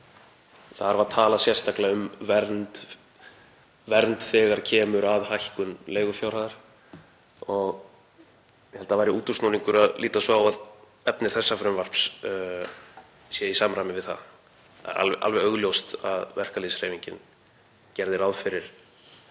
Þar var talað sérstaklega um vernd þegar kæmi að hækkun leigufjárhæðar og ég held að það væri útúrsnúningur að líta svo á að efni þessa frumvarps sé í samræmi við það. Það er alveg augljóst að verkalýðshreyfingin gerði ráð fyrir